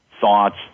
thoughts